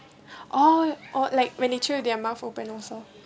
oh like when they chew their mouth open also